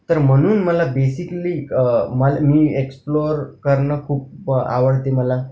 तर म्हणून मला बेसिकली मला मी एक्सप्लोर करणं खूप आवडते मला